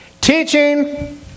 teaching